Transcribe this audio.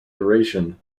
duration